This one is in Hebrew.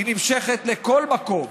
היא נמשכת לכל מקום.